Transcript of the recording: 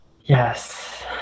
yes